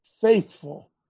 faithful